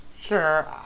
sure